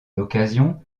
l’occasion